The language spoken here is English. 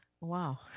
Wow